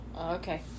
okay